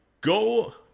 go